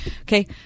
okay